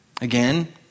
Again